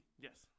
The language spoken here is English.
Yes